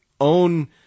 own